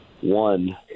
one